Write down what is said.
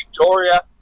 Victoria